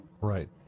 Right